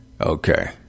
Okay